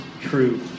true